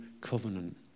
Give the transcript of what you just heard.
covenant